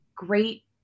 Great